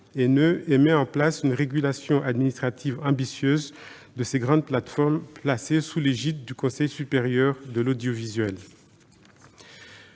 et met en place une régulation administrative ambitieuse de ces grandes plateformes placée sous l'égide du Conseil supérieur de l'audiovisuel.